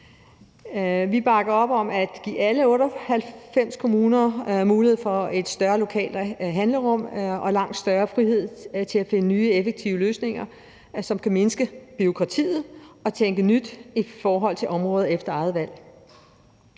Vi bakker op om at give alle 98 kommuner mulighed for et større lokalt handlerum og langt større frihed til at finde nye, effektive løsninger, som kan mindske bureaukratiet og tænke nyt i forhold til område efter eget valg.